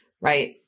right